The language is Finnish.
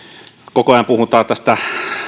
koko ajan puhutaan tästä